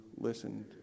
listened